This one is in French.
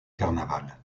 carnaval